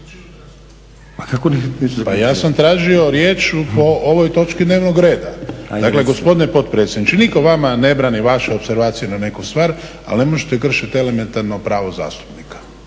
Ajde recite. **Šuker, Ivan (HDZ)** Dakle gospodine predsjedniče, nitko vama ne brani vaše opservacije na neku stvar ali ne možete kršiti elementarno pravo zastupnika.